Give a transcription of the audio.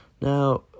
Now